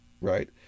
right